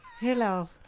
hello